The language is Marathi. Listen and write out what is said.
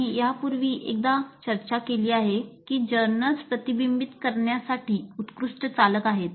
आम्ही यापूर्वी एकदा चर्चा केली आहे की जर्नल्स प्रतिबिंबित करण्यासाठी उत्कृष्ट चालक आहेत